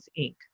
Inc